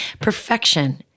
Perfection